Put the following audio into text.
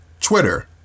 Twitter